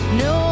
no